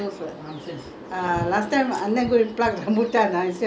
ya I want to listen it's fun [what] those days now you can't find all those [what]